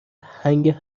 هنگ